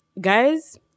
guys